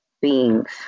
beings